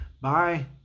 Bye